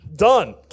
Done